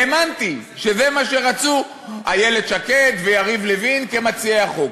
האמנתי שזה מה שרצו איילת שקד ויריב לוין כמציעי החוק.